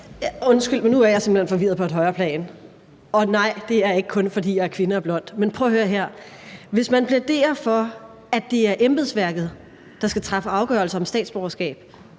Undskyld, men nu er jeg simpelt hen forvirret på et højere plan, og nej, det er ikke kun, fordi jeg er kvinde og blond. Men prøv at høre her, hvis man plæderer for, at det er embedsværket, der skal træffe afgørelse om statsborgerskab,